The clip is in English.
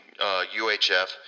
UHF